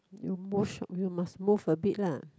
you more shiok you must move a bit lah